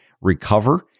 recover